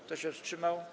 Kto się wstrzymał?